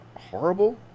horrible